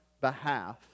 behalf